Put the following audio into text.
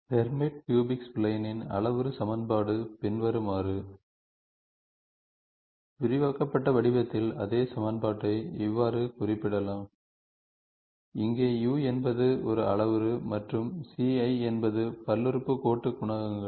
Hermite cubic ஸ்ப்லைனின் அளவுரு சமன்பாடு பின்வருமாறு விரிவாக்கப்பட்ட வடிவத்தில் அதே சமன்பாட்டை இவ்வாறு குறிப்பிடலாம் இங்கே u என்பது ஒரு அளவுரு மற்றும் Ci என்பது பல்லுறுப்புக்கோட்டு குணகங்கள்